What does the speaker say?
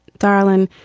darlin.